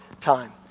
time